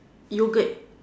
yoghurt